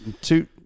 two